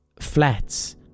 flats